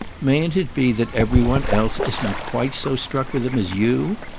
mayn't it be that every one else isn't quite so struck with him as you?